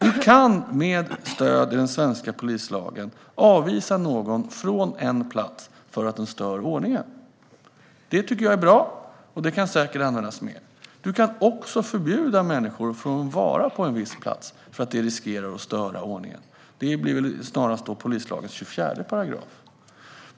Du kan med stöd i den svenska polislagen avvisa någon från en plats för att den stör ordningen. Det tycker jag är bra, och det kan säkert användas mer. Du kan också förbjuda människor att vara på en viss plats för att de riskerar att störa ordningen. Det blir snarast polislagens 24 §.